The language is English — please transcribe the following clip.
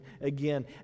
again